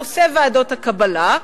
נושא ועדות הקבלה,